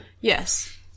Yes